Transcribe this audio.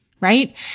right